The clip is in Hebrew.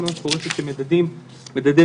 אני חושבת שאם נתחיל למנות את הסיבות,